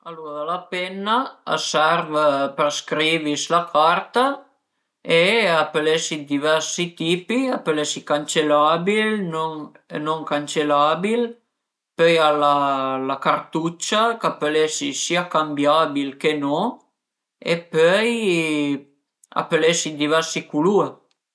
Alura la penna a serv për scrivi s'la carta e a pöl esi dë diversi tipi, a pöl esi cancelabil, non cancelabil, pöi al a la cartuccia ch'a pöl esi sia cambiabil che no e pöi a pöl esi dë diversi culur